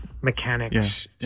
mechanics